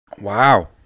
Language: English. Wow